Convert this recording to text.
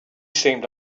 seemed